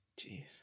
Jeez